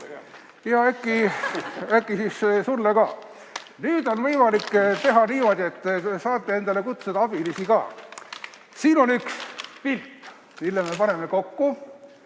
Jaa, äkki siis sulle ka. Nüüd on võimalik teha niimoodi, et te saate endale kutsuda abilisi. Siin on üks pilt, mille me paneme kokku.